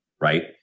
right